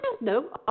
No